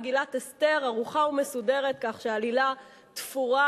מגילת אסתר ערוכה ומסודרת כך שהעלילה תפורה